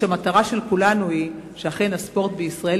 והמטרה של כולנו פה היא שאכן הספורט בישראל